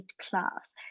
class